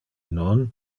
non